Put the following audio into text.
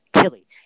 chili